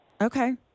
Okay